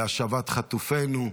להשבת חטופינו,